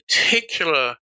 particular